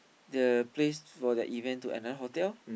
the place for that event to another hotel